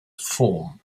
form